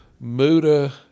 Muda